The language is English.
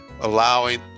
allowing